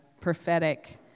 prophetic